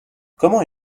comment